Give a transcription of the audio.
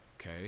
Okay